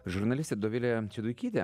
žurnalistė dovilė šeduikytė